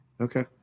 Okay